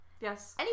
yes